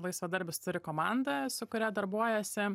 laisvadarbis turi komandą su kuria darbuojuosi